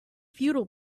futile